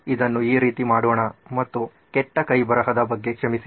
ಇದನ್ನು ಈ ರೀತಿ ಮಾಡೋಣ ಮತ್ತು ಕೆಟ್ಟ ಕೈಬರಹದ ಬಗ್ಗೆ ಕ್ಷಮಿಸಿ